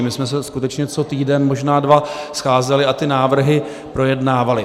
My jsme se skutečně co týden, možná dva, scházeli a ty návrhy projednávali.